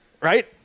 right